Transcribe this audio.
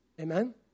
Amen